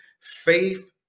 Faith